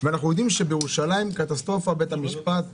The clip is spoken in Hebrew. אנחנו יודעים שבירושלים קטסטרופה בבית המשפט.